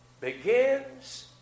begins